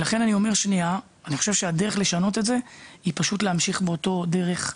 ולכן אני אומר: אני חושב שהדרך לשנות את זה היא פשוט להמשיך באותה דרך,